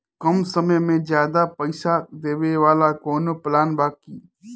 कम समय में ज्यादा पइसा देवे वाला कवनो प्लान बा की?